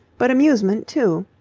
but amusement too.